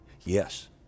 Yes